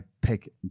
pick